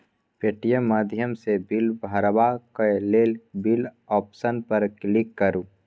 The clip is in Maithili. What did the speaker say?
पे.टी.एम माध्यमसँ बिल भरबाक लेल बिल आप्शन पर क्लिक करु